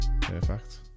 Perfect